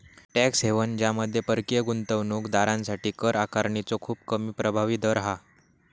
tax haven ज्यामध्ये परकीय गुंतवणूक दारांसाठी कर आकारणीचो खूप कमी प्रभावी दर हा